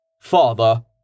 Father